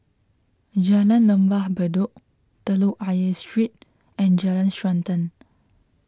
Jalan Lembah Bedok Telok Ayer Street and Jalan Srantan